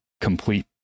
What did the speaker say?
complete